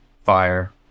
fire